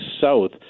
south